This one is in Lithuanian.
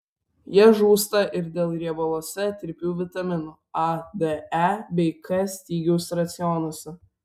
jie žūsta ir dėl riebaluose tirpių vitaminų a d e bei k stygiaus racionuose